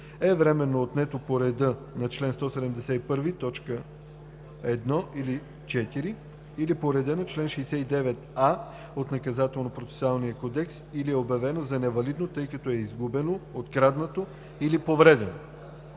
е временно отнето по реда на чл. 171, т. 1 или 4, или по реда на чл. 69а от Наказателно-процесуалния кодекс, или е обявено за невалидно, тъй като е изгубено, откраднато или повредено;“